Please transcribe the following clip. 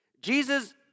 Jesus